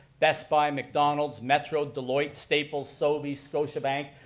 best buy, mcdonald's, metro, deloitte, staples, sobeys, scotiabank.